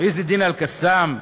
"עז-א-דין אל-קסאם"?